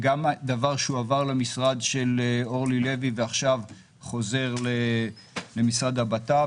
זה דבר שהועבר למשרד של אורלי לוי ועכשיו חוזר למשרד הבט"פ,